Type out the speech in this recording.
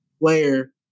player